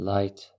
Light